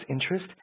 interest